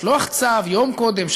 לשלוח צו יום קודם,